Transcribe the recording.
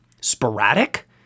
sporadic